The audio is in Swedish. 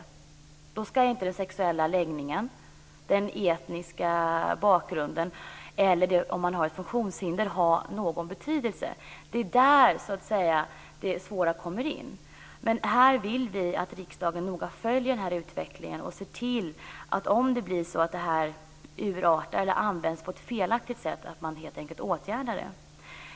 Då skall inte den sexuella läggningen, den etniska bakgrunden eller funktionshindret ha någon betydelse. Det är där den svåra situationen uppstår. Här vill vi att riksdagen noga följer utvecklingen och ser till att om lagen används på ett felaktigt sätt att någon åtgärd vidtas.